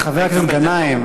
חבר הכנסת גנאים,